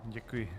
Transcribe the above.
Děkuji.